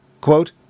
quote